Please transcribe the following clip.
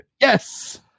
Yes